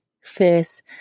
first